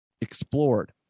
explored